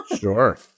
Sure